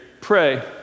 Pray